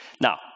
Now